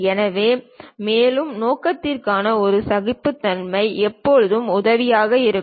எனவே மேலும் நோக்கத்திற்காக இந்த சகிப்புத்தன்மை எப்போதும் உதவியாக இருக்கும்